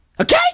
Okay